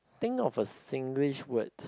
think of a Singlish words